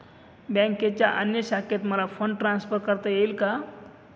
बँकेच्या अन्य शाखेत मला फंड ट्रान्सफर करता येईल का?